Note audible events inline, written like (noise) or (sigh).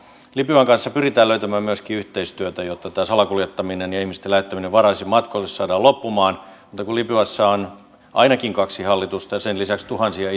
libyan kanssa pyritään löytämään myöskin yhteistyötä jotta tämä salakuljettaminen ja ihmisten lähettäminen vaarallisille matkoille saadaan loppumaan mutta kun libyassa on ainakin kaksi hallitusta ja sen lisäksi ilmeisesti jo tuhansia (unintelligible)